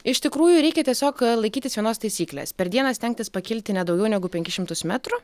iš tikrųjų reikia tiesiog laikytis vienos taisyklės per dieną stengtis pakilti ne daugiau negu penkis šimtus metrų